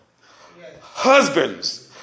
Husbands